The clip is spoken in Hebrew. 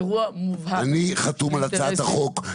האירוע מובהק -- אני חתום על הצעת החוק,